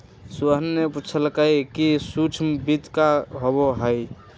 सोहन ने पूछल कई कि सूक्ष्म वित्त का होबा हई?